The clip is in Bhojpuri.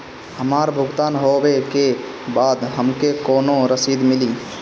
हमार भुगतान होबे के बाद हमके कौनो रसीद मिली?